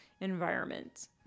environment